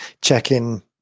check-in